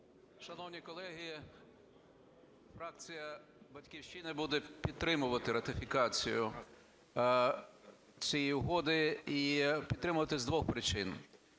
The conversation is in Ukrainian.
Шановні колеги, фракція "Батьківщина" буде підтримувати ратифікацію цієї угоди і підтримувати з двох причин.